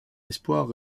espoirs